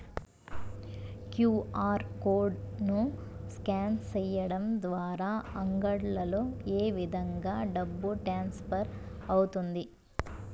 QR code ను scan సేయడం ద్వారా అంగడ్లలో ఏ విధంగా డబ్బు ట్రాన్స్ఫర్ అవుతుంది